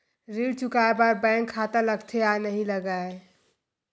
ऋण चुकाए बार बैंक खाता लगथे या नहीं लगाए?